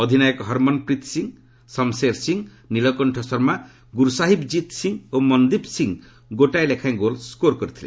ଅଧିନାୟକ ହର୍ମନ୍ ପ୍ରୀତ୍ ସିଂ ସମ୍ଶେର୍ ସିଂ ନୀଳକଣ୍ଣ ଶର୍ମା ଗୁର୍ସାହିବ୍ଜିତ୍ ସିଂ ଓ ମନ୍ଦୀପ୍ ସିଂ ଗୋଟିଏ ଲେଖାଏଁ ଗୋଲ୍ ସ୍କୋର୍ କରିଥିଲେ